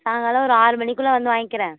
அதனால் ஒரு ஆறு மணிக்குள்ளே வந்து வாங்கிக்கிறேன்